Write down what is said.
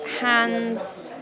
hands